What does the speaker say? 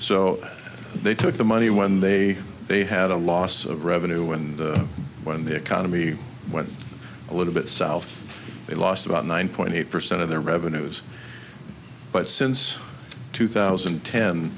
so they took the money when they they had a loss of revenue and when the economy when a little bit south they lost about nine point eight percent of their revenues but since two thousand